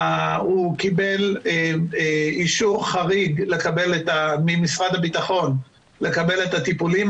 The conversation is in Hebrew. הוא קיבל אישור חריג ממשרד הביטחון לקבל את הטיפולים,